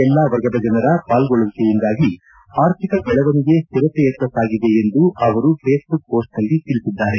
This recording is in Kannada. ಎಲ್ಲಾ ವರ್ಗದ ಜನರ ಪಾಲ್ಗೊಳ್ಳುವಿಕೆಯಿಂದಾಗಿ ಆರ್ಥಿಕ ಬೆಳವಣಿಗೆ ಶ್ವಿರತೆಯತ್ತ ಸಾಗಿದೆ ಎಂದು ಅವರು ಫೇಸ್ಬುಕ್ ಮೋಸ್ಟನಲ್ಲಿ ತಿಳಿಸಿದ್ದಾರೆ